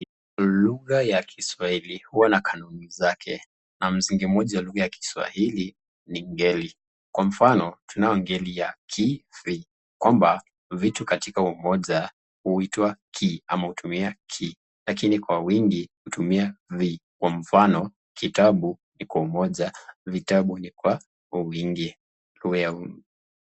Lugha ya kiswahili huwa na kanuni zake na msingi moja ya lugha ya kiswahili ni ngeli kwa mfano, tunao ngeli ya ki-vi kwamba vitu katikati umoja huitwa ki ama hutumi ki lakini Kwa wingi hutumia vi. Kwa mfano, kitabu kwa umoja, vitabu kwa wingi .